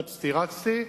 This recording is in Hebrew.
אצתי רצתי,